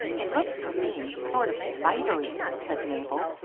it looks to me sort of spidery, said mabel,